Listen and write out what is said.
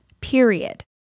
period